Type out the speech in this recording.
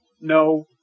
no